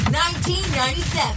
1997